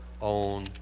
own